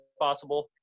possible